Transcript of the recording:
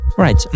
Right